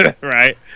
Right